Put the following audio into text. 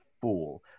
fool